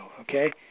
okay